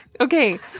Okay